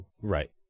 right